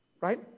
right